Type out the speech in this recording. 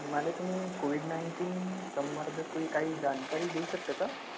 मला तुमी Covid nineteen सबंधित कोई काई जानकारी देऊ शकता का